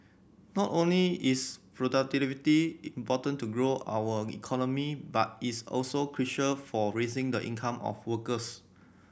not only is productivity important to grow our economy but it's also crucial for raising the income of workers